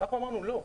אנחנו אמרנו: לא,